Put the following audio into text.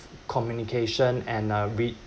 communication and uh read